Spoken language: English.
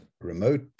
remote